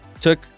took